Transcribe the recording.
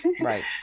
Right